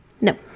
No